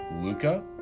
Luca